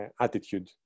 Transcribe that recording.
attitude